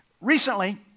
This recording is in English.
Recently